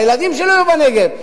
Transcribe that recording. הילדים שלו יהיו בנגב,